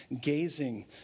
gazing